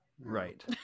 right